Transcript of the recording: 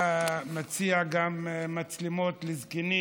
שאתה מציע גם מצלמות לזקנים.